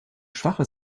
schwacher